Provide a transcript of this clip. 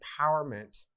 empowerment